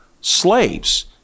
slaves